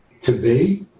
Today